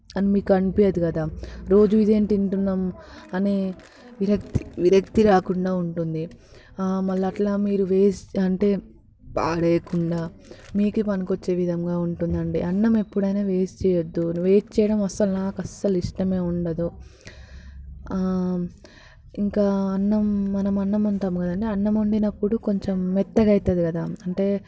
అని మీకు అనిపించదు కదా రోజు ఇదేమి తింటున్నాము అనే విరక్తి విరక్తి రాకుండా ఉంటుంది మళ్ళీ అట్లా ఇప్పుడు మీరు వేస్ట్ అంటే పడేయకుండా మీకే పనికి వచ్చే విధంగా ఉంటుంది అండి అన్నం ఎప్పుడైనా వేస్ట్ చేయవద్దు వేస్ట్ చేయడం అసలు నాకు అస్సలు ఇష్టమే ఉండదు ఇంకా అన్నం మనం అన్నం వండుతాము కదండీ అన్నం వండినపుడు కొంచెం మెత్తగా అవుతుంది కదా అంటే